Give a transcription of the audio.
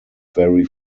very